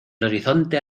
horizonte